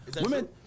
Women